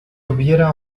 hubiera